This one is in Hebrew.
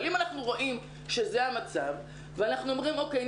אבל אם אנחנו רואים שזה המצב ואנחנו אומרים אוקיי,